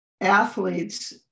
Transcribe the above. athletes